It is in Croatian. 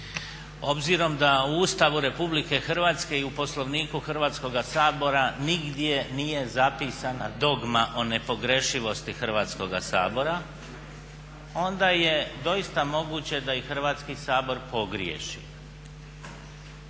Obzirom da u Ustavu RH i u Poslovniku Hrvatskoga sabora nigdje nije zapisana dogma o nepogrešivosti Hrvatskoga sabora. Onda je doista moguće da i Hrvatski sabor pogriješi,